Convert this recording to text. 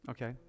Okay